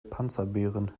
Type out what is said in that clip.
panzerbeeren